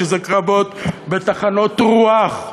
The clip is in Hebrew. שזה קרבות בטחנות רוח,